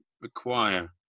require